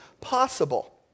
possible